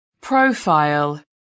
Profile